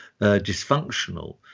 dysfunctional